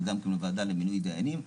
וגם כן הוועדה למינוי דיינים,